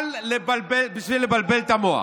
בשביל לבלבל את המוח.